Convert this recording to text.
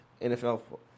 NFL